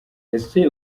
ese